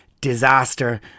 disaster